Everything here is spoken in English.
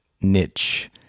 niche